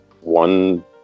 one